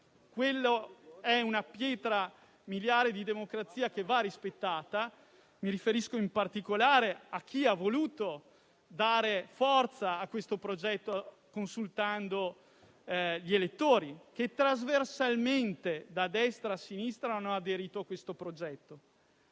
perché è una pietra miliare di democrazia che va rispettata. Mi riferisco in particolare a chi ha voluto dare forza a questo progetto consultando gli elettori che trasversalmente, da destra a sinistra, vi hanno aderito. Questi sono